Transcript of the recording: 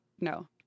No